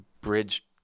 bridge